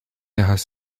has